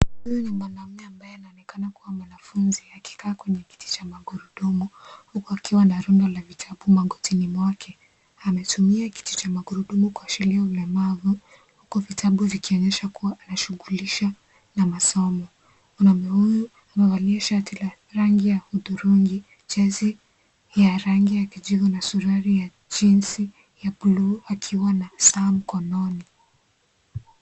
Huyu ni mwanaume ambaye anaonekana kuwa ni mwanafunzi, akikaa kwenye kiti cha magurudumu, huku akiwa na rundo la vitabu magotini mwake, ametumia kiti cha magurudumu kuashiria ulemavu, huku vitabu vikionyesha kuwa anashugulisha na masomo, mwanaume huyu amevalia shati la rangi ya udurungi, jezi ya rangi ya kijivu na suruali ya jinsi ya buluu akiwa na saa mkononi.